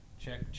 check